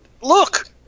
look